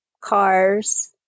cars